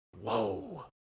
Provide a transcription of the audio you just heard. whoa